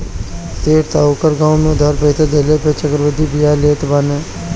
सेठ साहूकार गांव में उधार पईसा देहला पअ चक्रवृद्धि बियाज लेत बाने